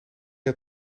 het